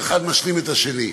שאחת משלימה את השנייה.